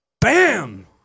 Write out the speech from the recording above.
Bam